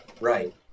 Right